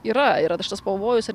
yra yra dar šitas pavojus ir